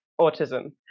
autism